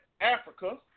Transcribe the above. Africa